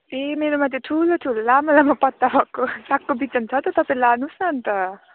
ए मेरोमा त्यो ठुलो ठुलो लामो लामो पत्ता भको सागको बिजन छ त तपाईँ लानुहोस् न अन्त